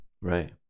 Right